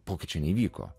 pokyčiai įvyko